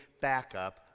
backup